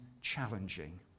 challenging